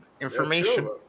information